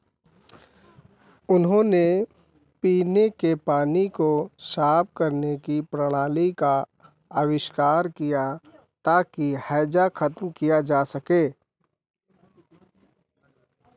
उन्होंने पीने के पानी को साफ़ करने की प्रणाली का आविष्कार किया ताकि हैजा ख़त्म किया जा सके